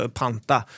panta